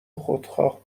خودخواه